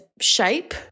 shape